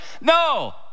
No